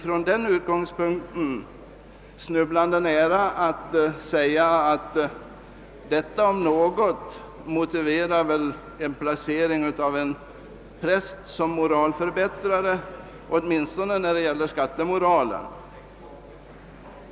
Från den utgångspunkten ligger det snubblande nära att säga att detta om något motiverar placering av en präst som moralförbättrare bland svenskarna i Schweiz, åtminstone med avseende på skattemoralen.